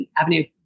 Avenue